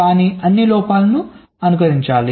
కానీ అన్ని లోపాలను అనుకరించాలి